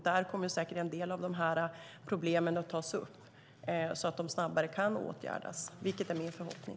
Där kommer säkert en del av de här problemen att tas upp så att de snabbare kan åtgärdas, vilket är min förhoppning.